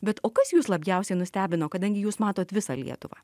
bet o kas jus labiausiai nustebino kadangi jūs matot visą lietuvą